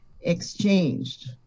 exchanged